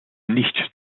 nicht